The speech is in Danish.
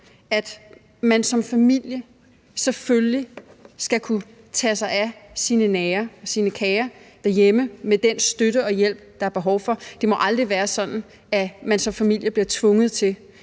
at man som familie selvfølgelig skal kunne tage sig af sine nære og sine kære derhjemme med den støtte og hjælp, der er behov for. Det må aldrig være sådan, at man som familie bliver tvunget til